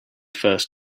first